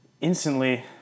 instantly